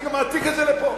אני מעתיק את זה לפה.